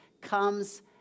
comes